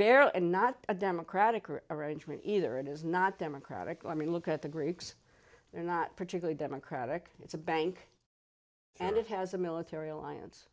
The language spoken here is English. barrel and not a democratic or arrangement either it is not democratic i mean look at the greeks they're not particularly democratic it's a bank and it has a military alliance